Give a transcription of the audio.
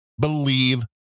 believe